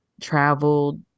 traveled